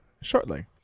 shortly